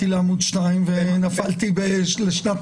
ספר